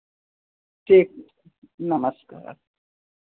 ठीक नमस्कार